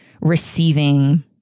receiving